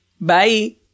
Bye